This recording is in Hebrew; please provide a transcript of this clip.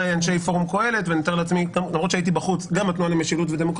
גם נציגי פורום קהלת ונציגי התנועה למשילות,